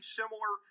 similar